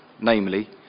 namely